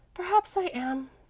perhaps i am.